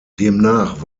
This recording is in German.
demnach